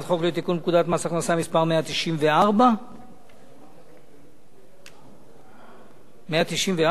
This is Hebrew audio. לתיקון פקודת הכנסה (מס' 194). 194,